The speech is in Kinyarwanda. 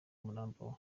umurambo